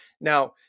now